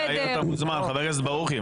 חבר הכנסת ברוכי,